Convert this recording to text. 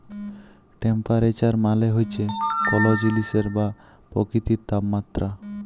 temperature মালে হছে কল জিলিসের বা পকিতির তাপমাত্রা